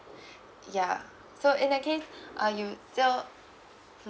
ya so in that case uh you so mm